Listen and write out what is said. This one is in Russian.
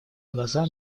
глаза